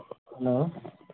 hello